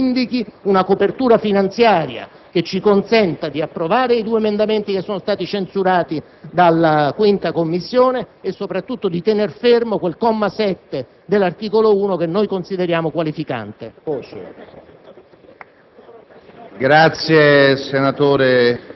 Chiedo quindi una pausa affinché il Governo indichi una copertura finanziaria che ci consenta di approvare i due emendamenti censurati dalla 5a Commissione e, soprattutto, di tenere fermo il comma 7 dell'articolo 1, che consideriamo qualificante.